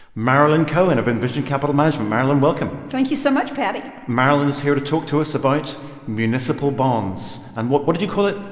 marilyn cohen of envision capital but marilyn, welcome thank you so much, paddy marilyn is here to talk to us about municipal bonds and what what did you call it?